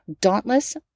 dauntless